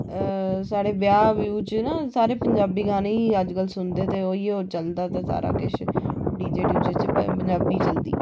साढे ब्याह च सारे पंजाबी गाने ही सुनदे ते ऊऐ चलदे ते सारा किछ डीजे डूजे ते पंजाबी गाने ही चलदे